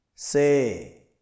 Say